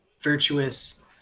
Virtuous